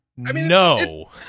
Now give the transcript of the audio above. no